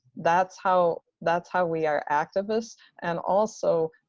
that's how that's how we are activists and also